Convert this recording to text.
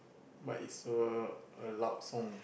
but is a a loud song